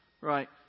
Right